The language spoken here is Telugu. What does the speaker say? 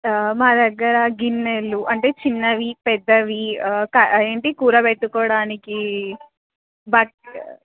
మా దగ్గర గిన్నెలు అంటే చిన్నవి పెద్దవి ఏంటి కూర పెట్టుటకోవడానికి బత్